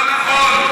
לא נכון.